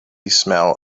smell